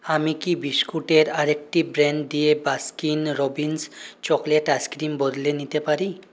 আমি কি বিস্কুট এর আরেকটি ব্র্যান্ড দিয়ে বাস্কিন রবিন্স চকোলেট আইসক্রিম বদলে নিতে পারি